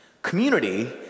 Community